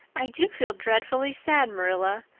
i do feel dreadfully sad, marilla.